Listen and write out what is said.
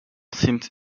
seemed